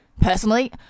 personally